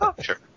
Sure